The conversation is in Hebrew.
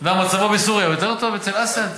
למה, מצבו בסוריה יותר טוב, אצל אסד?